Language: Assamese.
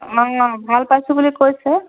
অঁ ভাল পাইছোঁ বুলি কৈছে